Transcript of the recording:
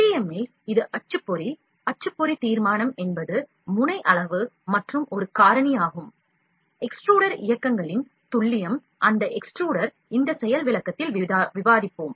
FDM இல் இது அச்சுப்பொறி அச்சுப்பொறி தீர்மானம் என்பது முனை அளவு மற்றும் ஒரு காரணியாகும் எக்ஸ்ட்ரூடர் இயக்கங்களின் துல்லியம் இந்த செயல் விளக்கத்தில் extruder ஐ பற்றி விவாதிப்போம்